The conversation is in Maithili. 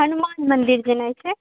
हनुमान मंदिर जेनाइ छै